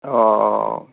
অঁ অঁ